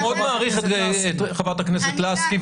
אני מעריך את חברת הכנסת לסקי,